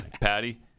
Patty